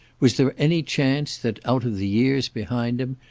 was there any chance that, out of the years behind him,